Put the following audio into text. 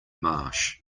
marsh